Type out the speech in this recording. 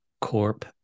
corp